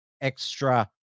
extra